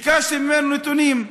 וביקשתי ממנו נתונים.